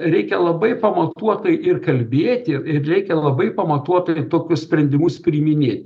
reikia labai pamatuotai ir kalbėti ir reikia labai pamatuotai tokius sprendimus priiminėt